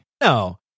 No